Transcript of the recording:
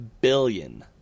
billion